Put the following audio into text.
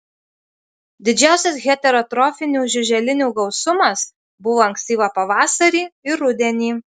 didžiausias heterotrofinių žiuželinių gausumas buvo ankstyvą pavasarį ir rudenį